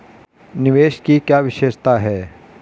निवेश की क्या विशेषता है?